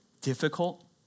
difficult